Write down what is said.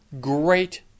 Great